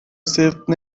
صدق